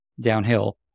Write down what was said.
downhill